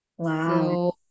Wow